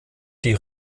die